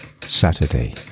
Saturday